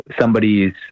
somebody's